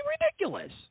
ridiculous